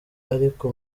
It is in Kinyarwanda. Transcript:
ariko